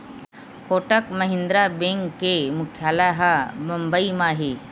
Kotak Mahindra bank के मुख्यालय ह बंबई म हे